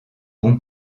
bon